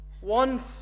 One